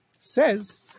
says